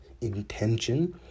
intention